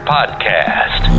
Podcast